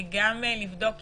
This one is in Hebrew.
גם לבדוק יישום.